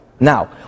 Now